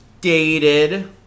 dated